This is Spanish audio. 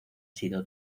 sido